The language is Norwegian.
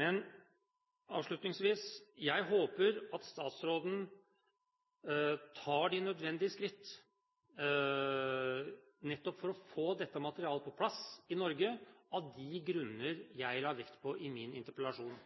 Men det er et faktum, slik statsråden var inne på. Avslutningsvis: Jeg håper at statsråden tar de nødvendige skritt, nettopp for å få dette materialet på plass i Norge av de grunnene jeg la vekt på i min interpellasjon.